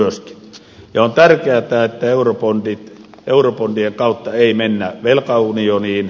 ja on tärkeätä että eurobondien kautta ei mennä velkaunioniin